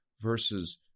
versus